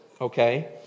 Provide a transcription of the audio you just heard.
okay